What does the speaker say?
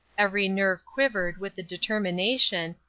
every nerve quivered with the determination,